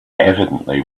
evidently